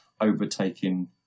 overtaking